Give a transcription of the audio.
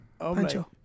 Pancho